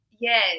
yes